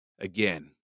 Again